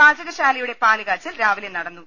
പാചകശാലയുടെ പാലുകാച്ചൽ രാവിലെ നടന്നു